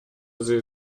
sie